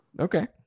Okay